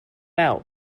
out